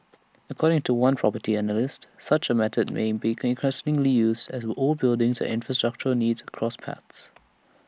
according to one property analyst such A method may become increasingly used as old buildings and infrastructural needs cross paths